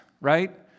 right